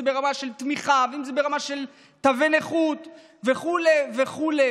ברמה של תמיכה ואם זה ברמה של תווי נכות וכו' וכו'.